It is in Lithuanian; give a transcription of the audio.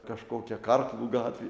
kažkokia karklų gatvė